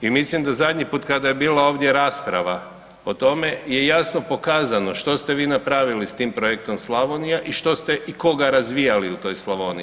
I mislim da zadnji put kada je bilo ovdje rasprava o tome je jasno pokazano što ste vi napravili s tim projektom Slavonija i što ste i koga razvijali u toj Slavoniji.